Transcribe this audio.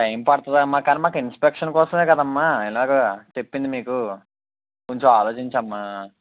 time పడుతుందమ్మా కానీ మాకు ఇన్స్పెక్షన్ కోసమే కదమ్మా ఇలాగా చెప్పింది మీకు కొంచం ఆలోచించమ్మా